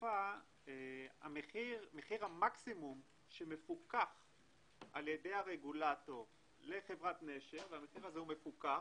מחיר המקסימום שמפוקח על ידי הרגולטור לחברת נשר - המחיר הזה הוא מפוקח,